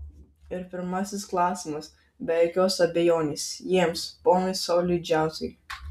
ir pirmasis klausimas be jokios abejonės jiems ponui sauliui džiautui